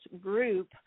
group